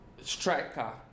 striker